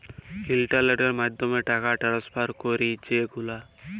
ইলটারলেটের মাধ্যমে টাকা টেনেসফার ক্যরি যে গুলা